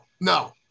no